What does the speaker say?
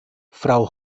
frau